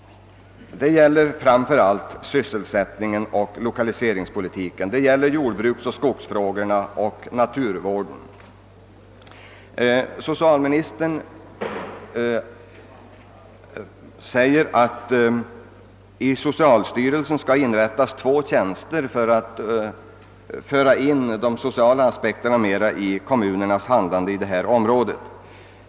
Detta gäller framför allt sysselsättningsoch lokaliseringspolitiken men även Socialministern meddelar i svaret, att det i socialstyrelsen har inrättats två konsulenttjänster, vilkas innehavare skall hjälpa glesbygdskommunerna i deras handlande på det sociala området.